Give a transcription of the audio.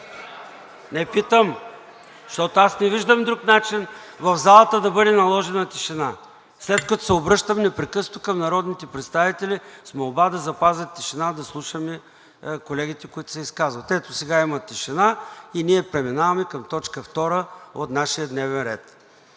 Не, питам, защото не виждам друг начин в залата да бъде наложена тишина, след като се обръщам непрекъснато към народните представители с молба да запазят тишина, да слушаме колегите, които се изказват. Ето, сега има тишина и сега преминаваме към точка втора от нашия дневен ред.